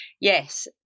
yes